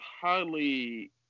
highly